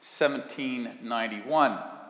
1791